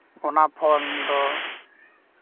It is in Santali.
ᱚᱱᱟ ᱯᱷᱳᱱ ᱫᱚ